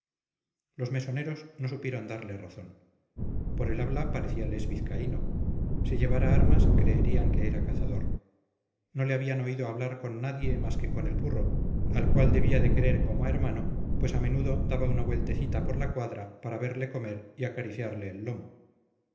los mesoneros no supieron darle razón por el habla parecíales vizcaíno si llevara armas creerían que era cazador no le habían oído hablar con nadie más que con el burro al cual debía de querer como a hermano pues a menudo daba una vueltecita por la cuadra para verle comer y acariciarle el lomo